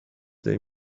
they